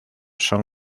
son